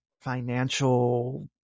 financial